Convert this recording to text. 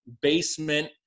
basement